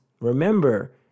remember